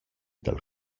dal